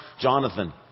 Jonathan